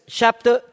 chapter